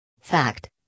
Fact